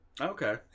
Okay